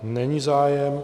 Není zájem.